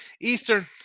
Eastern